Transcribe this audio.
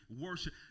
worship